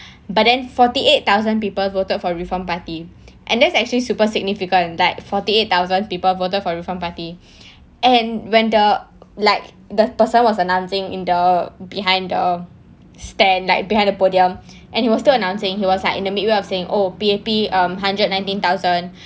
but then forty eight thousand people voted for reform party and that's actually super significant like forty eight thousand people voted for reform party and when the like the person was announcing in the behind the stand like behind the podium and he was still announcing he was like in the mid way of saying oh P_A_P um hundred nineteen thousand